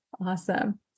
Awesome